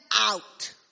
out